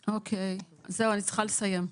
בבקשה, נא לסיים.